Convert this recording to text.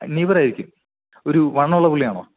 നെയ്ബറായിരിക്കും ഒരു വണ്ണമുള്ള പുള്ളിയാണോ